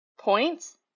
Points